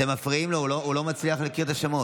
אתם מפריעים לו, הוא לא מצליח להקריא את השמות.